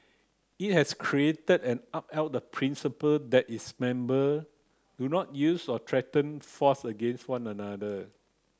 it has created and upheld the principle that its member do not use or threaten force against one another